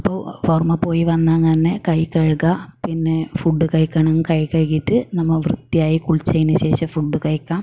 അപ്പോൾ പുറമേ പോയി വന്ന് അങ്ങനന്നെ കൈ കഴുകുക പിന്നെ ഫുഡ് കഴിക്കണമെങ്കിൽ കൈ കഴുകിട്ട് നമ്മൾ വൃത്തിയായി കുളിച്ചതിന് ശേഷം ഫുഡ് കഴിക്കുക